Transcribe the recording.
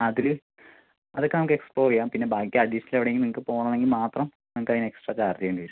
അതിൽ അത് ഒക്കെ നമുക്ക് എക്സ്പ്ലോർ ചെയ്യാം പിന്നെ ബാക്കി അഡീഷണൽ എവിടെയെങ്കിലും നിങ്ങൾക്ക് പോകണമെങ്കിൽ മാത്രം നിങ്ങൾക്ക് അതിന് എക്സ്ട്രാ ചാർജ് ചെയ്യേണ്ടി വരും